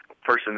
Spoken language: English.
person